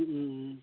ও ও ও